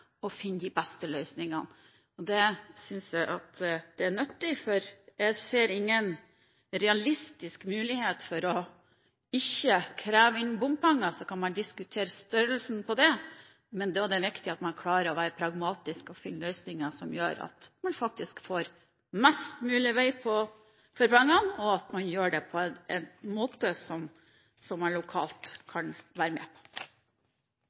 finne de beste løsningene. Det synes jeg er nyttig, for jeg ser ingen realistisk mulighet for ikke å kreve inn bompenger. Så kan en diskutere størrelsen på dem, men da er det viktig at man klarer å være pragmatisk og finner løsninger som gjør at man får mest mulig vei for pengene, og at man gjør det på en måte som man lokalt kan være med på.